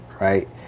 right